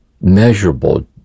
measurable